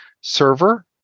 server